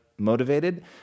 Motivated